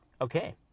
Okay